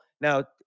Now